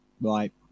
Right